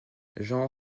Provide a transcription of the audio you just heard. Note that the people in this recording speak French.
jean